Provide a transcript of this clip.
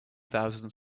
thousand